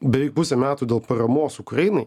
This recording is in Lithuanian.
beveik pusę metų dėl paramos ukrainai